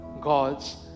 God's